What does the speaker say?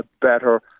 better